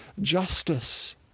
justice